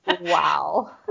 Wow